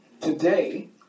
Today